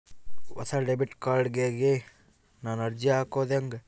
ಹೊಸ debit card ಗಾಗಿ ನಾನು ಅರ್ಜಿ ಹಾಕೊದು ಹೆಂಗ?